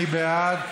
מי בעד?